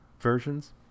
versions